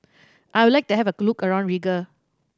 I would like to have a look around Riga